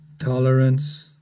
Tolerance